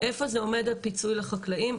איפה זה עומד הפיצוי לחקלאים,